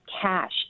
cash